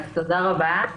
כן, אז תודה רבה.